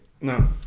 No